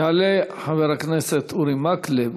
יעלה חבר הכנסת אורי מקלב,